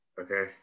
Okay